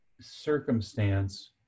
circumstance